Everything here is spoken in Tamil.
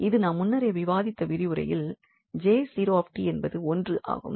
இது நாம் முன்னரே விவாதித்த விரிவுரையில் 𝐽0𝑡 என்பது 1 ஆகும்